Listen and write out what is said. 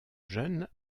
jeune